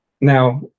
now